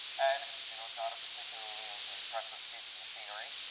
and it's you know, it's not a particularly impressive piece of machinery.